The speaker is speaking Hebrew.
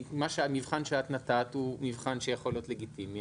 המבחן שאת נתת הוא מבחן שיכול להיות לגיטימי